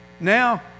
now